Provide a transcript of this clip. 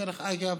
דרך אגב,